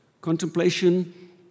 Contemplation